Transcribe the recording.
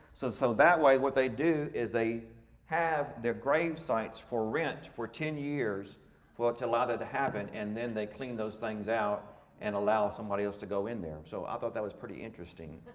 so so that way what they do, is they have their grave sites for rent for ten years for it to allow that to happen. and then they clean those things out and allow somebody else to go in there. so i thought that was pretty interesting.